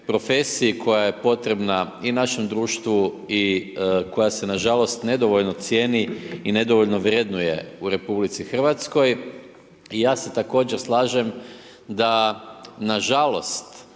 profesiji koja je potrebna i našem društvu i koja se nažalost nedovoljno cijeni i nedovoljno vrednuje u RH. Ja se također slažem da nažalost